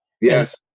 yes